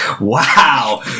Wow